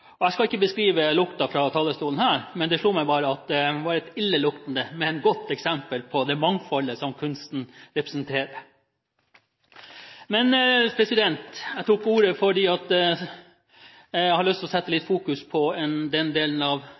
Jeg skal ikke beskrive lukten fra talerstolen, men det slo meg at det var et illeluktende, men godt eksempel på det mangfoldet som kunsten representerer. Jeg tok ordet fordi jeg har lyst til å sette litt fokus på den delen av